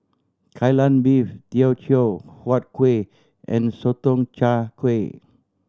Kai Lan Beef Teochew Huat Kuih and Sotong Char Kway